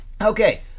Okay